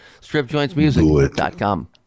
StripJointsMusic.com